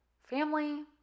family